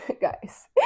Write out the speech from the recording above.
guys